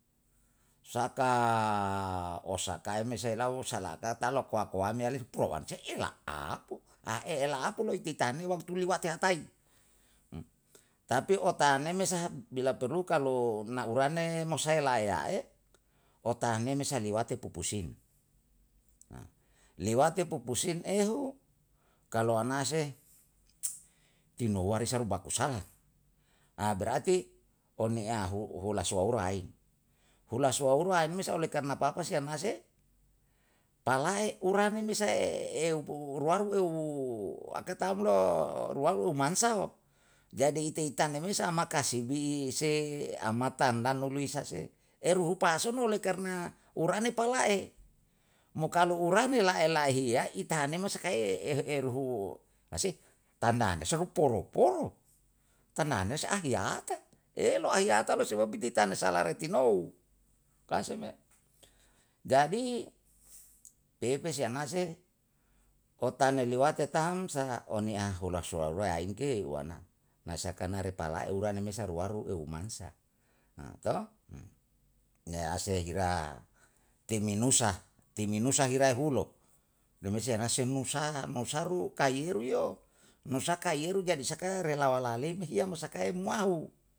Saka osakae me sa ilau salah kata loko koame pruan se'ela? Apu a i ela apu lo ititane li waktu hatai, tapi otane me sa bila perlu kalu na urane mo sae layane? Otahane saliwate pupusin liwaate pupusin ehu, kalu anase tiniwari saru bakusala berarti oniyahu hula suwaurai, hulasulwaurai oleh karna papasi anase palae urane me sae eu ruaru eu aka tam lo ruaru mansao. Jadi ite itane me sa ama kasibi, ise ama tandan lisa se eruhu pason oleh karna urane pala'e, mo kalu urane laela ihiya. tahane masakae ye ehe eruhu sa se? Tanane sahu poro poro, tanane sa ahiyate elo ahiyata lo sebab piri tana salaritinou, kan se me. jadi pepesi anase otana liwate tam sa one ahula suarua ahin ke wana, na sakana re palae ura ra mesa ruaru eu mansa to? Nyease hira timinusa, timinusa hirai hulo, remesa anase nusa nusaru kaiyeru yo, nusaka iyeru jadi saka relawalalei hiyamo mo sakai mahu